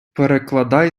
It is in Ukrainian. перекладай